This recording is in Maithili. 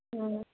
हँ